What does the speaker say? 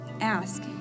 Ask